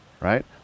right